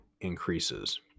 increases